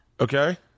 Okay